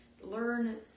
learn